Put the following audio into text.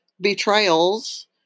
betrayals